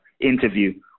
interview